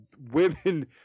women